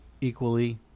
equally